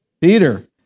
Peter